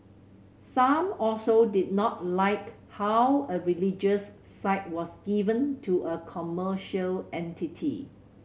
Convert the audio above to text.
some also did not like how a religious site was given to a commercial entity